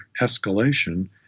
escalation